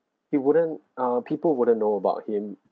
he wouldn't uh people wouldn't know about him